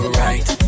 right